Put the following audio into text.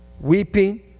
weeping